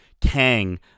Kang